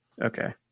Okay